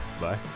Bye